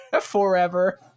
forever